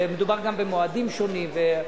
ומדובר גם במועדים שונים,